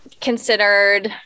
considered